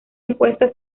encuesta